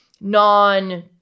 non